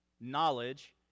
knowledge